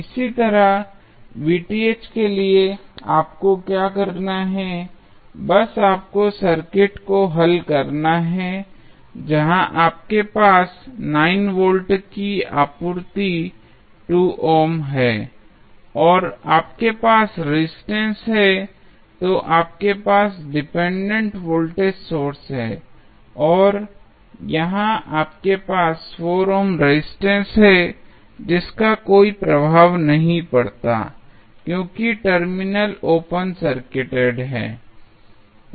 इसी तरह के लिए आपको क्या करना है बस आपको इस सर्किट को हल करना है जहाँ आपके पास 9 वोल्ट की आपूर्ति 2 ओम है और आपके पास रेजिस्टेंस है तो आपके पास डिपेंडेंट वोल्टेज सोर्स है और यहाँ आपके पास 4 ओम रेजिस्टेंस है जिसका कोई प्रभाव नहीं पड़ता है क्योंकि टर्मिनल ओपन सर्किटेड है